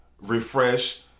Refresh